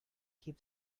keep